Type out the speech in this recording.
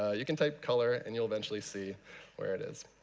you can type color and you'll eventually see where it is.